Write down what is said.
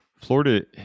Florida –